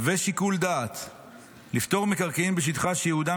ושיקול דעת לפטור מקרקעין בשטחן שייעודם